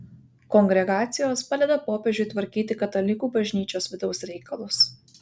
kongregacijos padeda popiežiui tvarkyti katalikų bažnyčios vidaus reikalus